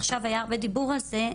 עכשיו היה הרבה דיבור על זה,